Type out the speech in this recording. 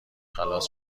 خلاص